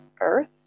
earth